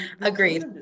agreed